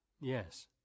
Yes